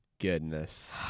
goodness